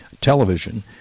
television